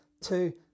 two